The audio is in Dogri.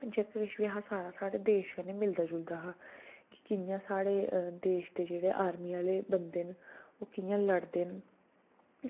जेह्का बी ऐहा सारा साढ़े देश कन्नै मिलदा जुलदा हा कियां साढ़े देश दे जेह्ड़े आर्मी आह्ले बंदे न ओ ओह् कियां लड़दे न